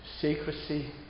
secrecy